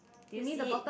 do you see it